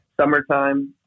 summertime